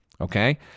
okay